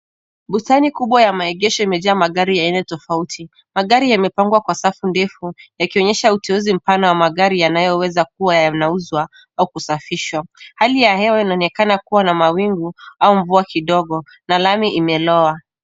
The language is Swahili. Bustani kubwa ya maegesho imejaa magari ya aina tofauti. Magari yamepangwa kwa safu ndefu yakionyesha uteuzi mpana wa magari yanayoweza kuwa yanauzwa au kusafishwa. Hali ya hewa inaonekana kuwa na mawingu au mvua kidogo na lami imelowa.